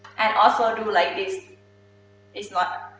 and also do like this is not,